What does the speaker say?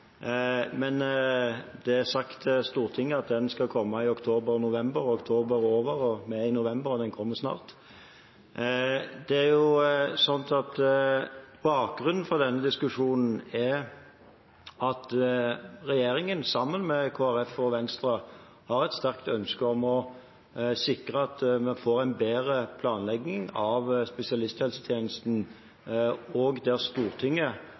Men det er sagt til Stortinget at den skal komme i oktober/november. Oktober er over, og vi er i november, og den kommer snart. Bakgrunnen for denne diskusjonen er at regjeringen, sammen med Kristelig Folkeparti og Venstre, har et sterkt ønske om å sikre at vi får en bedre planlegging av spesialisthelsetjenesten, der Stortinget